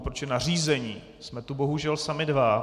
Protože na řízení jsme tu bohužel sami dva.